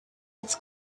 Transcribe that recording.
its